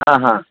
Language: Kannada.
ಹಾಂ ಹಾಂ